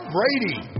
Brady